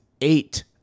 eight